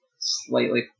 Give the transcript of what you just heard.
slightly